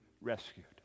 rescued